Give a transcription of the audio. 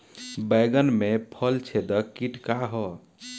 बैंगन में फल छेदक किट का ह?